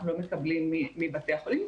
אנחנו לא מקבלים מבתי החולים,